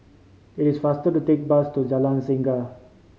it is faster to take bus to Jalan Singa